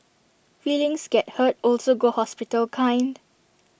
feelings get hurt also go hospital kind